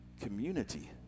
community